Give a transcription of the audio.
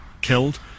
killed